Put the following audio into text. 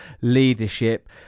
leadership